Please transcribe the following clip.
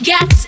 Get